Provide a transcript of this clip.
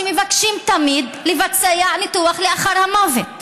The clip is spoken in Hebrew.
שמבקשים תמיד לבצע ניתוח לאחר מוות.